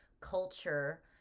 culture